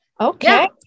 Okay